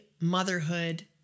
motherhood